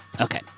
Okay